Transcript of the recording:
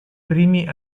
primi